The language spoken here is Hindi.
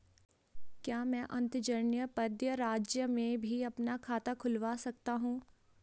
क्या मैं अंतर्जनपदीय राज्य में भी अपना खाता खुलवा सकता हूँ?